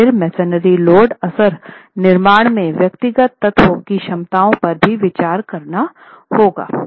और फिर masonry load असर निर्माण में व्यक्तिगत तत्वों की क्षमताओं पर भी विचार करना होगा